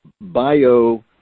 bio